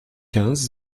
quinze